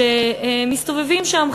שמסתובבים שם.